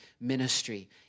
ministry